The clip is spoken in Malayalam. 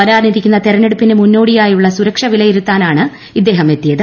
വ്രൂനീരിക്കുന്ന തെരഞ്ഞെടുപ്പിന് മുന്നോടിയായുള്ള സുരക്ഷ് വിലയിരുത്താനാണ് ഇദ്ദേഹം എത്തിയത്